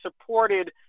supported